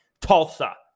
Tulsa